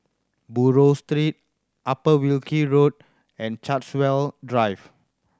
Buroh Street Upper Wilkie Road and Chartwell Drive